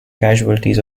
casualties